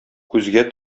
күзгә